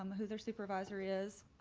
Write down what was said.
um who their supervisor is,